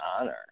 honor